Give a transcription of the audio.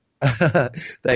Thank